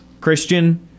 Christian